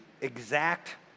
exact